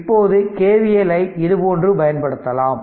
இப்போது KVLஐ இது போன்று பயன்படுத்தலாம்